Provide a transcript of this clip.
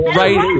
right